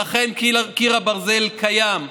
ואכן קיר הברזל קיים,